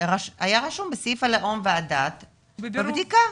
היה רשום בסעיף הלאום והדת, בבדיקה.